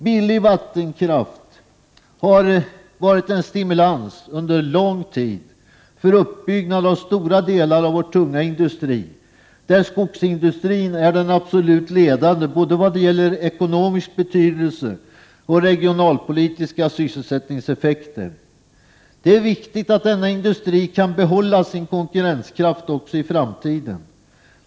Billig vattenkraft har under lång tid varit en stimulans för uppbyggnad av stora delar av vår tunga industri, där skogsindustrin är den absolut ledande både i vad gäller ekonomisk betydelse och regionalpolitiska sysselsättningseffekter. Det är viktigt att denna industri kan behålla sin konkurrenskraft också i framtiden.